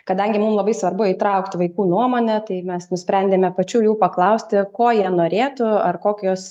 kadangi mum labai svarbu įtraukti vaikų nuomonę tai mes nusprendėme pačių jų paklausti ko jie norėtų ar kokios